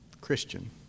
Christian